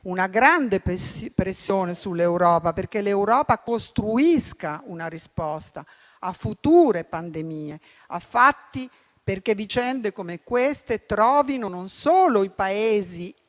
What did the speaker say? una grande pressione sull'Europa perché costruisca una risposta a future pandemie a fatti, perché vicende come queste trovino non solo i Paesi